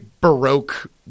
baroque